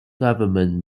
government